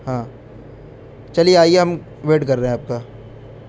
ہاں چلیے آئیے ہم ویٹ کر رہے ہیں آپ کا